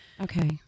Okay